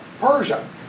Persia